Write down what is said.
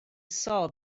saw